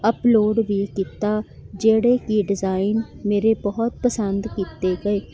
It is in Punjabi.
ਅਪਲੋਡ ਵੀ ਕੀਤਾ ਜਿਹੜੇ ਕਿ ਡਿਜ਼ਾਇਨ ਮੇਰੇ ਬਹੁਤ ਪਸੰਦ ਕੀਤੇ ਗਏ